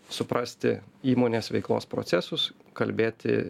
suprasti įmonės veiklos procesus kalbėti